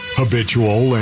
habitual